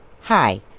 Hi